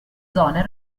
zone